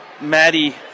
Maddie